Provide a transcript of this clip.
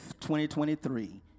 2023